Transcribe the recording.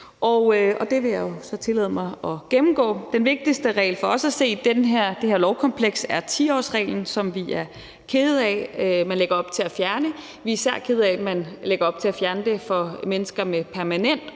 Og det vil jeg så tillade mig at gennemgå. Den vigtigste regel for os at se i det her lovkompleks er 10-årsreglen, som vi er kede af at man lægger op til at fjerne. Vi er især kede af, at man lægger op til at fjerne den for mennesker med permanent